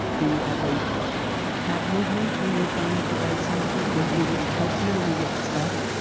do you ever have movement when you're trying to write something? does movement help you when you get stuck?